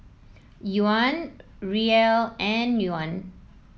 Yuan Riel and Yuan